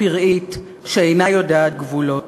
פראית שאינה יודעת גבולות,